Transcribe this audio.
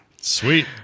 Sweet